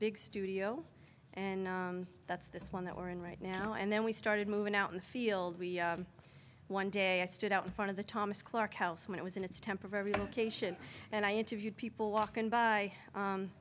big studio and that's this one that we're in right now and then we started moving out in the field we one day i stood out in front of the thomas clark house when it was in its temporary location and i interviewed people walking by